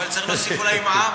אבל צריך להוסיף מע"מ.